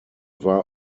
war